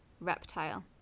reptile